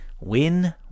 Win